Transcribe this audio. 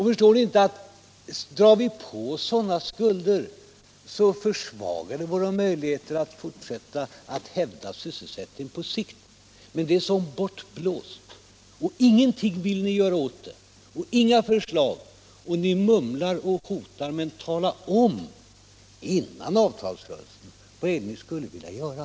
Förstår ni inte att om vi drar på oss sådana skulder, försvagas våra möjligheter att fortsätta att hävda sysselsättningen på sikt? Men det är som bortblåst. Ingenting vill ni göra åt saken, inga förslag lägger ni fram. Ni mumlar och hotar. Men tala om, före avtalsrörelsen, vad ni skulle vilja göra!